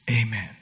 Amen